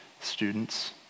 students